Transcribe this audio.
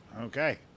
okay